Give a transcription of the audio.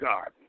God